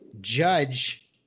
judge